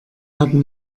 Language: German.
haben